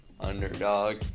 underdog